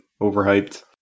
overhyped